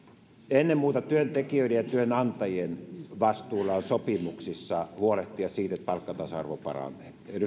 ennen muuta työntekijöiden ja työnantajien vastuulla on sopimuksissa huolehtia siitä että palkkatasa arvo paranee